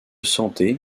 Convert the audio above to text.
santé